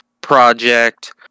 Project